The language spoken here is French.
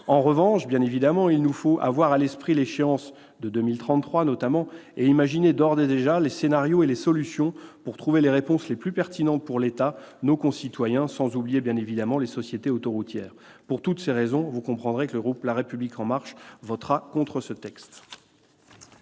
En revanche, il nous faut avoir à l'esprit l'échéance de 2033 et imaginer d'ores et déjà les scénarios et solutions pour trouver les réponses les plus pertinentes pour l'État, pour nos concitoyens, sans oublier bien évidemment les sociétés autoroutières. Pour toutes ces raisons, vous comprendrez que le groupe La République En Marche votera contre ce texte.